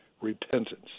repentance